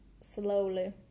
slowly